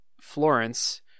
Florence